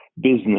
business